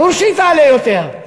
ברור שהיא תעלה יותר,